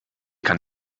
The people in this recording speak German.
kann